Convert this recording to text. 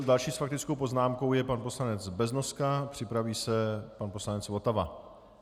Další s faktickou poznámkou je pan poslanec Beznoska, připraví se pan poslanec Votava.